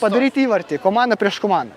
padaryt įvartį komandą prieš komandą